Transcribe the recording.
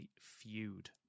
feud